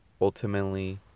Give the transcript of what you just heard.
ultimately